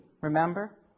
Remember